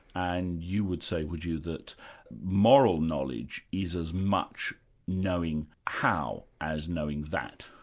and you would say, would you, that moral knowledge is as much knowing how as knowing that?